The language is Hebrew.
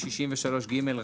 סעיף 63ג,